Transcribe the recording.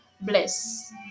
bless